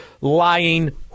lying